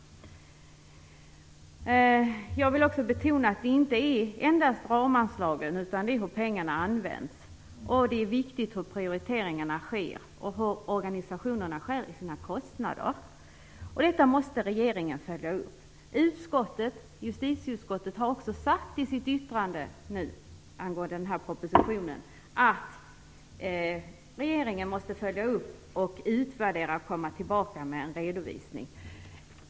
Jag vill också betona att det inte endast är ramanslagen som har betydelse utan också hur pengarna används. Det är viktigt hur prioriteringarna sker och hur organisationerna skär i sina kostnader. Det måste regeringen följa upp. Justitieutskottet har sagt i sitt yttrande att regeringen måste följa upp och utvärdera samt komma tillbaka med en redovisning.